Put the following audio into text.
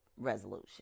Resolution